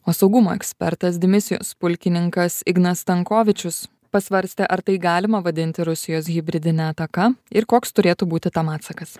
o saugumo ekspertas dimisijos pulkininkas ignas stankovičius pasvarstė ar tai galima vadinti rusijos hibridine ataka ir koks turėtų būti tam atsakas